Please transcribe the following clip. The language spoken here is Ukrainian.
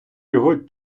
його